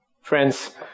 Friends